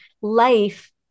life